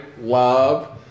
love